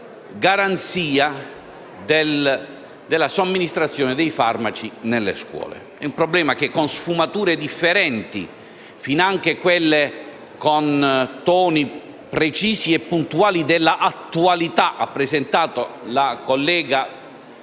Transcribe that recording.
garanzia della somministrazione dei farmaci nelle scuole. È un problema che con sfumature differenti, finanche quelle che con toni precisi e puntuali dell'attualità ha presentato la collega